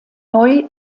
neu